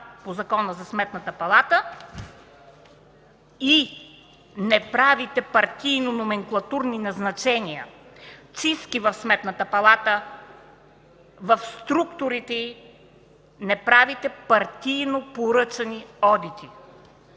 по Закона за Сметната палата, и да не правите партийно номенклатурни назначения, чистки в Сметната палата, в структурите й, да не правите партийно поръчани одити.